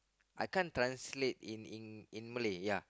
I can't translate in in in Malay ya